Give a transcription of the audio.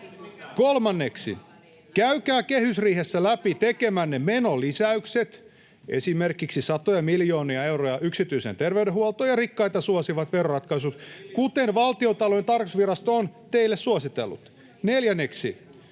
Kolmanneksi, käykää kehysriihessä läpi tekemänne menolisäykset, esimerkiksi satoja miljoonia euroja yksityiseen terveydenhuoltoon ja rikkaita suosivat veroratkaisut, kuten Valtiontalouden tarkastusvirasto on teille suositellut. Neljänneksi,